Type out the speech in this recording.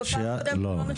בפעם הקודמת לא נתנו לי לדבר.